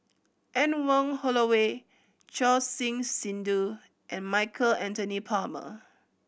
Anne Wong Holloway Choor Singh Sidhu and Michael Anthony Palmer